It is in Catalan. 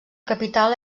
capital